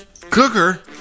Cooker